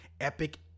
epic